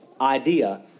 idea